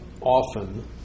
often